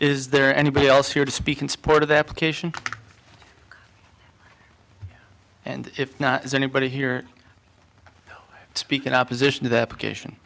is there anybody else here to speak in support of the application and if not is anybody here to speak in opposition to the application